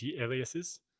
aliases